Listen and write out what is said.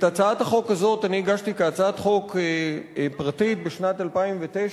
את הצעת החוק הזאת אני הגשתי כהצעת חוק פרטית בשנת 2009,